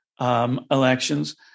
elections